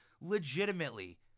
legitimately